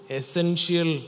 essential